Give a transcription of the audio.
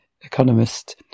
economist